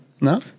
No